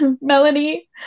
Melanie